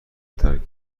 ترک